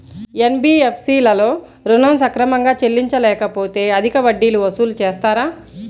NBFC లలో ఋణం సక్రమంగా చెల్లించలేకపోతె అధిక వడ్డీలు వసూలు చేస్తారా?